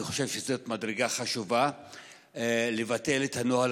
אני חושב שזאת מדרגה חשובה לבטל את הנוהל